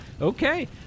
Okay